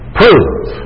prove